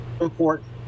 important